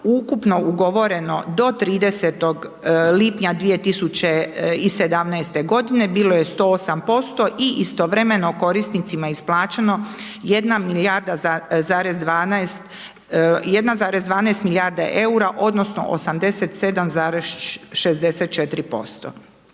Ipak ugovoreno do 30. lipnja 2017. g. bilo je 108% i istovremeno korisnicima isplaćeno 1,12 milijarda eura odnosno 87,64%.